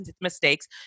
mistakes